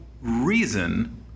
reason